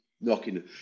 knocking